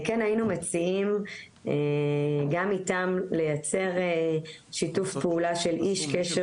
כן היינו מציעים גם מטעם לייצר שיתוף פעולה של איש קשר